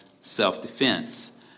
self-defense